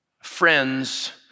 friends